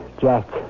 Jack